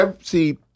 see